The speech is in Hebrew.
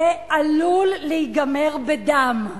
זה עלול להיגמר בדם,